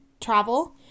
travel